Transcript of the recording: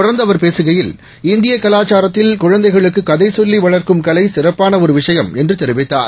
தொடர்ந்துஅவர்பேசுகையில் இந்தியகலாச்சாரத்தில்குழந்தைகளுக்குகதைசொல்லிவளர்க் கும்கலைசிறப்பானஒருவிஷயம்என்றுதெரிவித்தார்